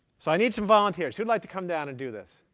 so i need some volunteers. who'd like to come down and do this?